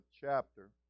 chapter